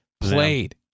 played